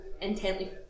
intently